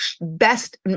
best